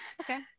okay